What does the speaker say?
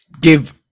give